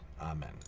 Amen